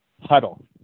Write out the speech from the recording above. Huddle